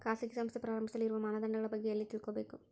ಖಾಸಗಿ ಸಂಸ್ಥೆ ಪ್ರಾರಂಭಿಸಲು ಇರುವ ಮಾನದಂಡಗಳ ಬಗ್ಗೆ ಎಲ್ಲಿ ತಿಳ್ಕೊಬೇಕು?